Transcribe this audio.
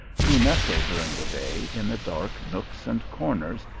who nestle during the day in the dark nooks and corners,